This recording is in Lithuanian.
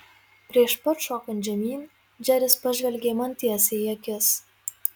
prieš pat šokant žemyn džeris pažvelgė man tiesiai į akis